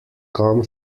come